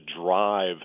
drive